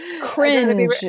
cringe